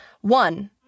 One